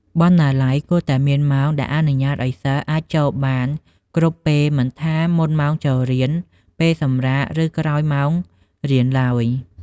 បណ្ណាល័យគួរតែមានម៉ោងដែលអនុញ្ញាតឱ្យសិស្សអាចចូលបានគ្រប់ពេលមិនថា មុនម៉ោងចូលរៀន ពេលសម្រាក ឬក្រោយម៉ោងរៀនទ្បើយ។